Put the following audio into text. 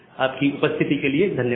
आपकी उपस्थिति के लिए धन्यवाद